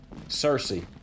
Cersei